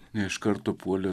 ne iš karto puolė